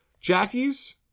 Jackies